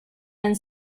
and